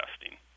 testing